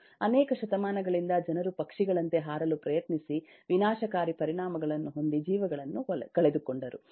ಅನೇಕ ಶತಮಾನಗಳಿಂದ ಜನರು ಪಕ್ಷಿಗಳಂತೆ ಹಾರಲು ಪ್ರಯತ್ನಿಸಿ ವಿನಾಶಕಾರಿ ಪರಿಣಾಮಗಳನ್ನು ಹೊಂದಿ ಜೀವಗಳನ್ನು ಕಳೆದುಕೊಂಡರು